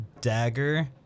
dagger